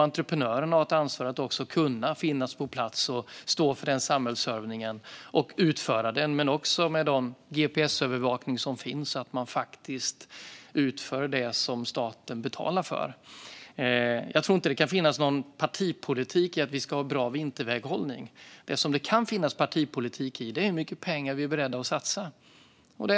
Entreprenören har ett ansvar att finnas på plats och stå för denna samhällsservice och utföra den. Det handlar också om att man med den gps-övervakning som finns utför det som staten betalar för. Jag tror inte att det finns någon partipolitik i att vi ska ha bra vinterväghållning. Det som det kan finnas partipolitik i är hur mycket pengar vi är beredda att satsa.